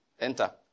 Enter